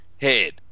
head